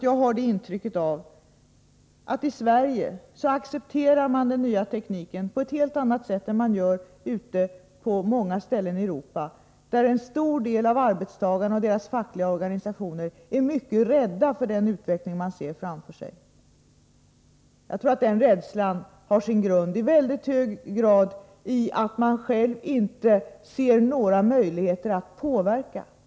Jag har intrycket att man i Sverige accepterar den nya tekniken på ett helt annat sätt än man gör ute på många ställen i Europa, där en stor del av arbetstagarna och deras fackliga organisationer är mycket rädda för den utveckling man ser framför sig. Jag tror att den rädslan i mycket hög grad har sin grund i att man själv inte ser några möjligheter att påverka.